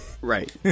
right